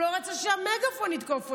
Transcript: הוא לא רצה שהמגפון יתקוף אותו,